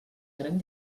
gran